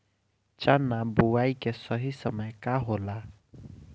चना बुआई के सही समय का होला?